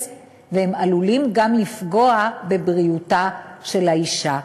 והם עלולים גם לפגוע בבריאותה של האישה,